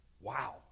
wow